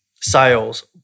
sales